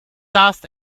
dust